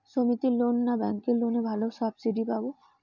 সমিতির লোন না ব্যাঙ্কের লোনে ভালো সাবসিডি পাব?